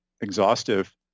exhaustive